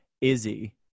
Izzy